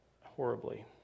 horribly